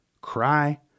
cry